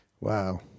Wow